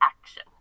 action